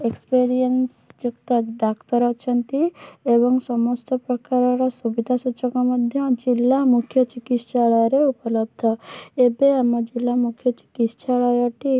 experience ଯୁକ୍ତ ଡାକ୍ତର ଅଛନ୍ତି ଏବଂ ସମସ୍ତ ପ୍ରକାରର ସୁବିଧା ସୁଯୋଗ ମଧ୍ୟ ଜିଲ୍ଲା ମୁଖ୍ୟ ଚିକିତ୍ସାଳୟରେ ଉପଲବ୍ଧ ଏବେ ଆମ ଜିଲ୍ଲା ମୁଖ୍ୟ ଚିକିତ୍ସାଳୟଟି